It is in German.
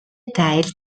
teil